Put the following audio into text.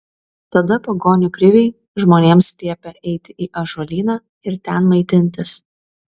tada pagonių kriviai žmonėms liepė eiti į ąžuolyną ir ten maitintis